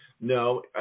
No